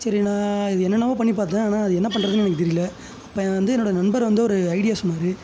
சரி நான் அது என்னென்னவோ பண்ணி பார்த்தேன் ஆனால் அது என்ன பண்ணுறதுன்னு எனக்கு தெரியலை அப்போ வந்து என்னோடய நண்பர் வந்து ஒரு ஐடியா சொன்னார்